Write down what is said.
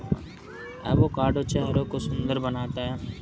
avocado चेहरे को सुंदर बनाता है